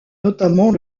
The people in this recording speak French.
notamment